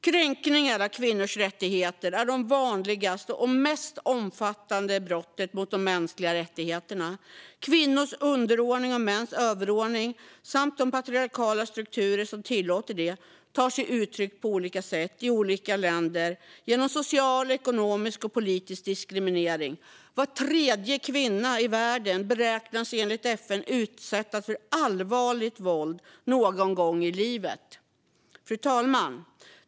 Kränkningar av kvinnors rättigheter är det vanligaste och mest omfattande brottet mot de mänskliga rättigheterna. Kvinnors underordning och mäns överordning samt de patriarkala strukturer som tillåter det tar sig uttryck på olika sätt i olika länder genom social, ekonomisk och politisk diskriminering. Var tredje kvinna i världen beräknas enligt FN utsättas för allvarligt våld någon gång i livet. Fru talman!